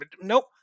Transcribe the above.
Nope